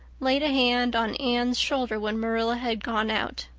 laid a hand on anne's shoulder when marilla had gone out.